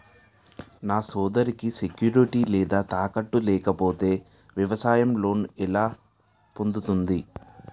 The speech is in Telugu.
నా సోదరికి సెక్యూరిటీ లేదా తాకట్టు లేకపోతే వ్యవసాయ లోన్ ఎలా పొందుతుంది?